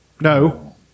No